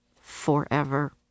forever